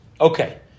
Okay